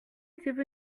étaient